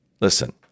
Listen